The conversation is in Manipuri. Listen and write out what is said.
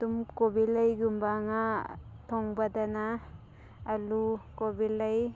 ꯑꯗꯨꯝ ꯀꯣꯕꯤꯂꯩꯒꯨꯝꯕ ꯉꯥ ꯊꯣꯡꯕꯗꯅ ꯑꯜꯂꯨ ꯀꯣꯕꯤꯂꯩ